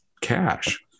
cash